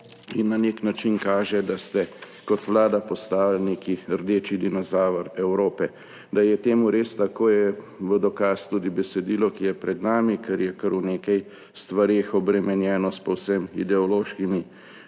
in na nek način kaže, da ste kot vlada postali neki rdeči dinozaver Evrope. Da je res tako, je dokaz tudi besedilo, ki je pred nami, ker je kar v nekaj stvareh obremenjeno s povsem ideološkimi